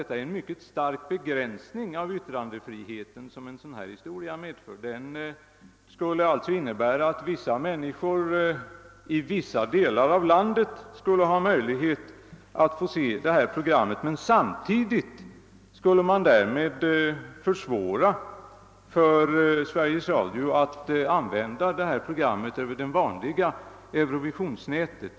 Men han är naturligtvis medveten om att en sådan ordning som han förespråkar medför en mycket stark begränsning av yttrandefriheten. Den skulle i det aktuella fallet innebära att människor i vissa delar av landet skulle ha möjlighet att se programmet i fråga samtidigt som man skulle försvåra för Sveriges Radio att sända programmet över det vanliga Eurovisionsnätet.